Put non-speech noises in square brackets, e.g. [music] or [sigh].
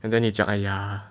and then 你讲 !aiya! [noise]